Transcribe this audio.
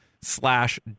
slash